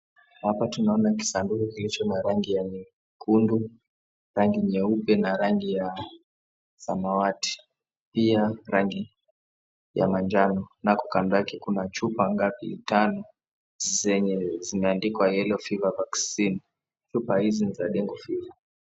Hapa tunaona kisanduku kilicho na rangi ya nyekundu, rangi nyeupe na rangi ya samawati, pia rangi ya manjano, na kando yake kuna chupa tano zenye zimeandikwa YELLOW FEVER VACCINE. Chupa hizi ni za yellow fever .